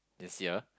this year